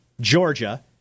Georgia